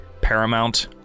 paramount